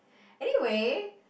anyway